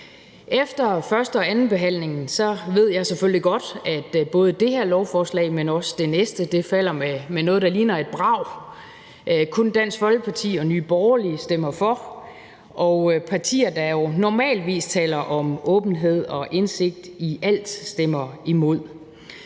Efter første- og andenbehandlingen ved jeg selvfølgelig godt, at både det her lovforslag, men også det næste falder med noget, der ligner et brag. Kun Dansk Folkeparti og Nye Borgerlige stemmer for, og partier, der jo normalt taler om åbenhed og indsigt i alt, stemmer imod.